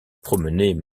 promenaient